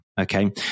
okay